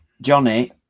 Johnny